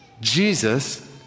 Jesus